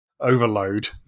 overload